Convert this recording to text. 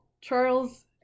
Charles